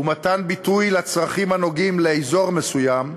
ומתן ביטוי לצרכים הנוגעים לאזור מסוים,